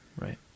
Right